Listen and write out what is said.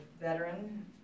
veteran